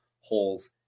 holes